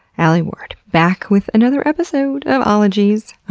alie ward, back with another episode of ologies.